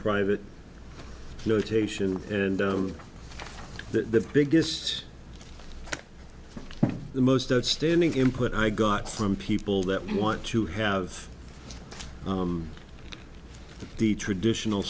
private notation and the biggest the most outstanding input i got from people that want to have the traditional